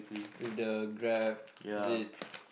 with the grab is it